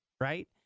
right